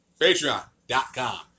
Patreon.com